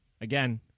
again